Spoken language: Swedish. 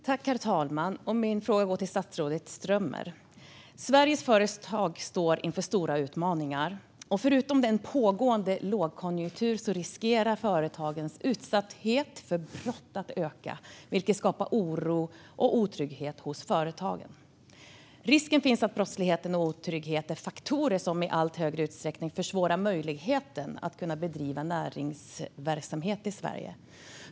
Herr talman! Min fråga går till statsrådet Strömmer. Sveriges företag står inför stora utmaningar. Förutom den pågående lågkonjunkturen riskerar företagens utsatthet för brott att öka, vilket skapar oro och otrygghet hos företagen. Risken finns att brottslighet och otrygghet är faktorer som i allt större utsträckning försvårar möjligheten att bedriva näringsverksamhet i Sverige.